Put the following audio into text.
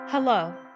Hello